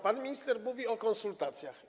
Pan minister mówi o konsultacjach.